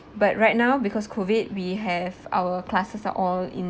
but right now because COVID we have our classes are all in